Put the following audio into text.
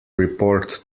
report